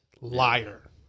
liar